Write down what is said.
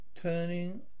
turning